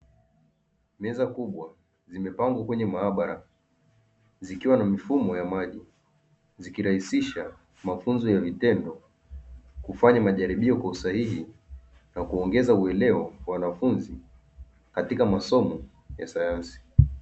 Meza kubwa zimepangwa kwenye maabara zikiwa na mifumo ya maji zikirahisisha mafunzo ya vitendo, kufanya majaribiao kwa usahihi na kuongeza uelewa wa wanafunzi katika masomo ya sayansi.